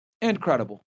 Incredible